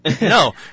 no